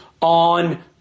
on